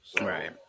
Right